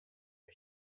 wir